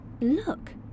Look